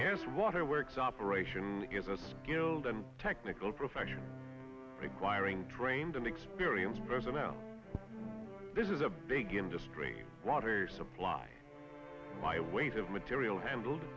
gas water works operation is a skilled and technical profession requiring trained and experienced personnel this is a big industry water supply ways of material handled